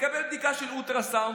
תקבל בדיקת אולטרסאונד,